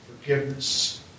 forgiveness